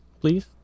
please